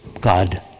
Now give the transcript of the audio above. God